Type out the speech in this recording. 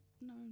no